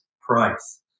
price